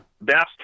best